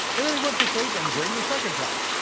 and then he went to sleep and dreamed a second time.